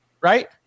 right